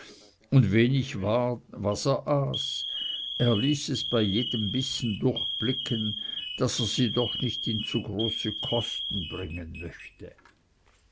und wenig war was er aß er ließ es bei jedem bissen durchblicken daß er sie doch nicht in zu große kosten bringen möchte